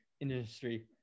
industry